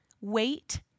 wait